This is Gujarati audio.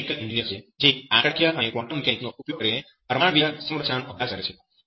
K Chakraborty એક કેમિકલ એન્જિનિયર છે જે આંકડાકીય અને ક્વોન્ટમ મિકેનિક્સ નો ઉપયોગ કરીને પરમાણ્વીય સંરચના નો અભ્યાસ કરે છે